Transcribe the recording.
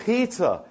Peter